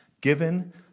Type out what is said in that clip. given